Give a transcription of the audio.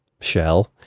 shell